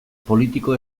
politiko